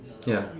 ya